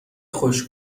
خوش